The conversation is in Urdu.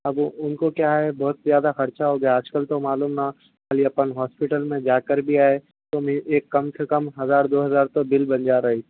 اب ان کو کیا ہے بہت زیادہ خرچہ ہو گیا ہے آج کل تو معلوم نہ خالی اپن ہاسپیٹل میں جا کر بھی آئے تو ایک کم سے کم ہزار دو ہزار تو بل بن جا رہی